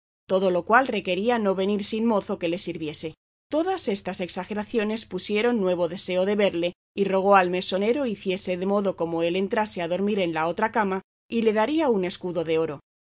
todo lo cual requería no venir sin mozo que le sirviese todas estas exageraciones pusieron nuevo deseo de verle y rogó al mesonero hiciese de modo como él entrase a dormir en la otra cama y le daría un escudo de oro